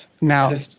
Now